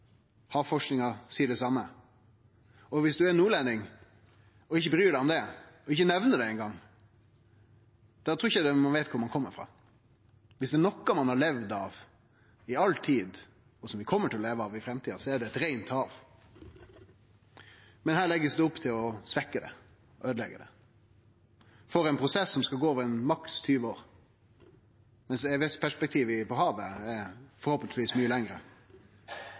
seier det same. Viss ein er nordlending og ikkje bryr seg om det, og ikkje ein gong nemner det, trur eg ikkje at ein veit kor ein kjem frå. Viss det er noko ein har levd av i all tid, og som vi kjem til å leve av i framtida, er det eit reint hav. Men her blir det lagt opp til å svekkje det, øydeleggje det, for en prosess som skal gå over maksimalt 20 år, mens æveperspektivet for havet forhåpentlegvis er mykje lengre.